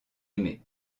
aimé